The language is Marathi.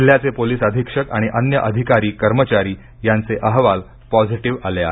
जिल्ह्याचे पोलीस अधीक्षक आणि अन्य अधिकारी कर्मचारी यांचे अहवाल पाँझिटिव्ह आले आहेत